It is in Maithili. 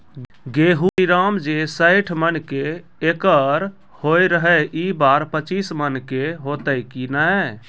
गेहूँ श्रीराम जे सैठ मन के एकरऽ होय रहे ई बार पचीस मन के होते कि नेय?